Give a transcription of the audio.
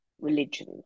religion